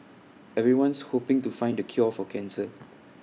everyone's hoping to find the cure for cancer